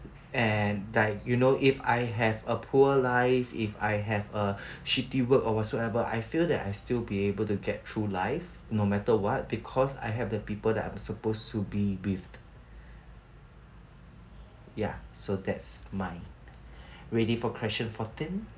and like you know if I have a poor life if I have a shitty work or whatsoever I feel that I'll still be able to get through life no matter what because I have the people that I'm supposed to be with ya so that's mine ready for question fourteen